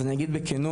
אז אני אגיד בכנות,